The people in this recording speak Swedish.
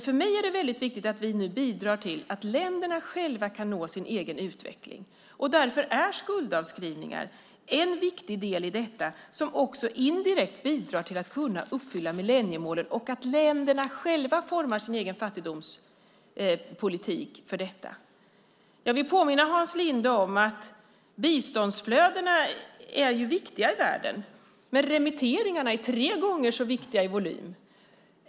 För mig är det väldigt viktigt att vi nu bidrar till att länderna själva kan nå sin egen utveckling. Därför är skuldavskrivningar en viktig del i detta som också indirekt bidrar till att kunna uppfylla millenniemålen och att länderna själva formar sin egen fattigdomspolitik. Biståndsflödena är viktiga i världen, men jag vill påminna Hans Linde om att remitteringarna är tre gånger så viktiga i volym.